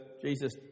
Jesus